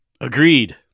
Agreed